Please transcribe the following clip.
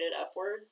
upward